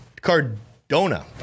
Cardona